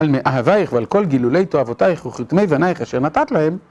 על מאהבייך ועל כל גילולי תועבותייך וחותמי בנייך אשר נתת להם